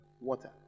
water